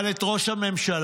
אבל את ראש הממשלה,